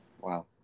Wow